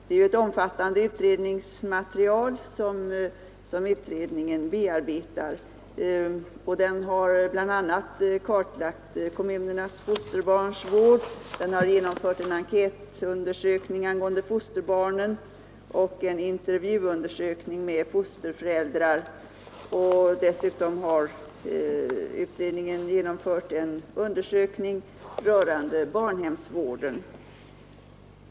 Det är ett omfattande material utredningen bearbetar, man har bl.a. kartlagt kommunernas fosterbarnsvård, genomfört en enkät rörande fosterbarnen, företagit en intervjuundersökning med fosterföräldrar och genomfört en undersökning rörande barnhemsvården.